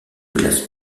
classe